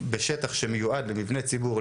בשטח שמיועד למבנה ציבור,